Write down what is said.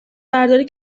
برداری